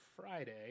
Friday